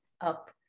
up